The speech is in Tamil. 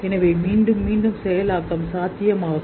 எனவே மீண்டும் மீண்டும் செயலாக்கம் சாத்தியமாகும்